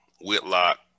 Whitlock